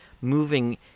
moving